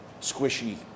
squishy